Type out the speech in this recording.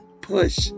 push